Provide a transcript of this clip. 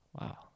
Wow